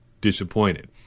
disappointed